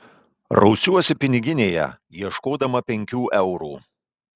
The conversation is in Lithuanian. rausiuosi piniginėje ieškodama penkių eurų